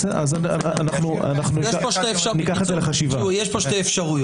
שבעל חוב שיש לו אינטרס דווקא בפירוק החברה או לא בשיקום,